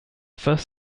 first